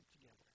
together